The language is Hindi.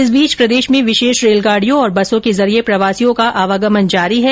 इस बीच प्रदेश में विशेष रेलगाडियों और बसों के जरिये प्रवासियों का आवागमन जारी है